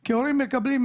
כי ההורים מקבלים,